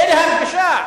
אין להם בושה?